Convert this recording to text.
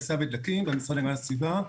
ודלקים במשרד להגנת הסביבה.